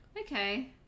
Okay